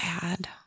bad